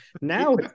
Now